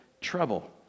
trouble